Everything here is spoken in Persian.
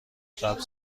قبل